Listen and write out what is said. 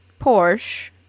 Porsche